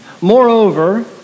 Moreover